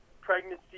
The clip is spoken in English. pregnancy